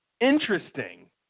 interesting